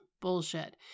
bullshit